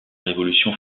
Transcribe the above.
révolution